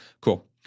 cool